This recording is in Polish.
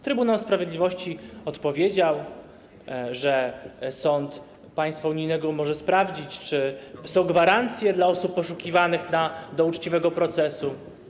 Trybunał Sprawiedliwości odpowiedział, że sąd państwa unijnego może sprawdzić, czy są gwarancje dla osób poszukiwanych do uczciwego procesu.